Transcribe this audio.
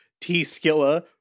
T-Skilla